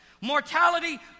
Mortality